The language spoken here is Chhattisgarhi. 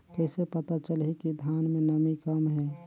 कइसे पता चलही कि धान मे नमी कम हे?